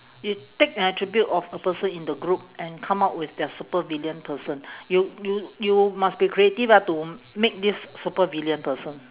you take an attribute of a person in the group and come up with their supervillain person you you you must be creative ah to make this supervillain person